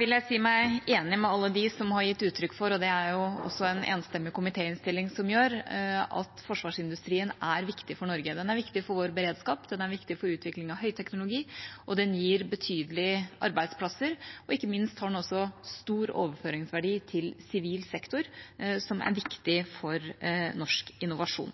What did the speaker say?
vil jeg si meg enig med alle som har gitt uttrykk for – og det er det jo også en enstemmig komitéinnstilling som gjør – at forsvarsindustrien er viktig for Norge. Den er viktig for vår beredskap, den er viktig for utvikling av høyteknologi, den gir betydelige arbeidsplasser, og ikke minst har den også stor overføringsverdi til sivil sektor, som er viktig for norsk innovasjon.